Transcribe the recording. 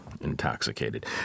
Intoxicated